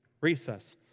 Recess